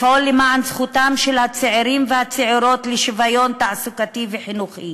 לפעול למען זכותם של הצעירים והצעירות לשוויון תעסוקתי וחינוכי,